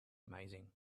amazing